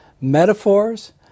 metaphors